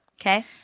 Okay